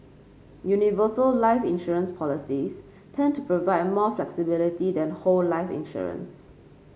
universal life insurance policies tend to provide more flexibility than whole life insurance